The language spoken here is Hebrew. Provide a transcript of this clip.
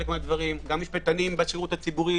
גם משפטנים בשירות הציבורי.